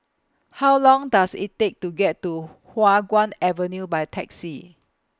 How Long Does IT Take to get to Hua Guan Avenue By Taxi